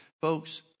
Folks